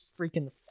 freaking